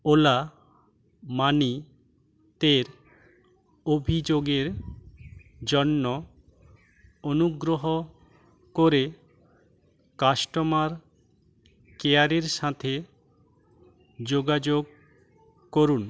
OLA money তের অভিযোগের জন্য অনুগ্রহ করে কাস্টমার কেয়ারের সাথে যোগাযোগ করুন